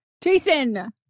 Jason